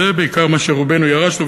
זה בעיקר מה שרובנו ירשנו,